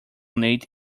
nate